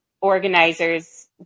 organizers